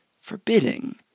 forbidding